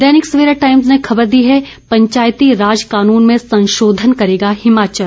दैनिक Savera times ने खबर दी है पंचायती राज कानून में संशोधन करेगा हिमाचल